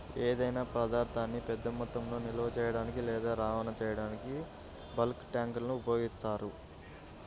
ఏదైనా పదార్థాన్ని పెద్ద మొత్తంలో నిల్వ చేయడానికి లేదా రవాణా చేయడానికి బల్క్ ట్యాంక్లను ఉపయోగిస్తారు